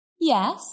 Yes